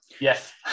Yes